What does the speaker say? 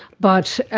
but